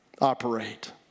operate